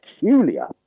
peculiar